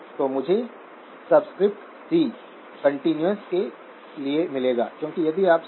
इस विशेष सर्किट में जो 3 volts vi और VDSVDS0 gmRD